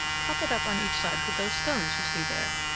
prop it up on each side with those stones you see there.